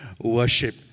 worship